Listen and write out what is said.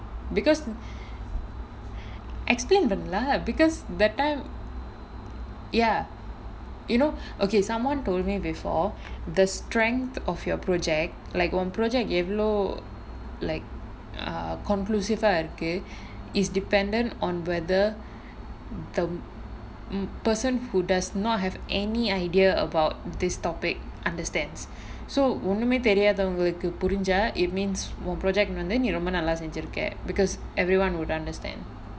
because explain பண்ணு:pannu lah because that time ya you know okay someone told me before the strength of your project like உன்:un project எவ்ளோ:evlo like err conclusive ah இருக்கு:irukku is dependent on whether the hmm person who does not have any idea about this topic understands so ஒன்னுமே தெரியாதவங்களுக்கு புரிஞ்சா:onnumae theriyaathavangalukku purinjaa it means உன்:un project வந்து நீ ரொம்ப நல்லா செஞ்சுருக்க:vanthu nee romba nallaa senjurukka because everyone would understand